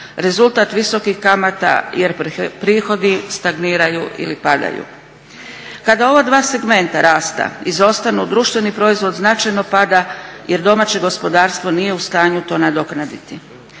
rezultat visokih kamata jer prihodi stagniraju ili padaju. Kada ova dva segmenta rasta izostanu, društveni proizvod značajno pada jer domaće gospodarstvo nije u stanju to nadoknaditi.